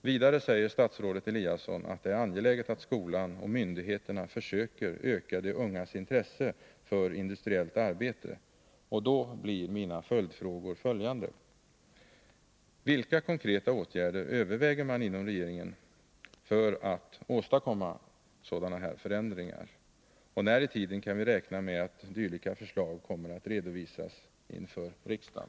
Vidare säger statsrådet Eliasson att det är angeläget att skolan och myndigheterna försöker öka de ungas intresse för industriellt arbete, och då blir mina följdfrågor följande: När i tiden kan vi räkna med att dylika förslag kommer att redovisas inför riksdagen?